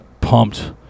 pumped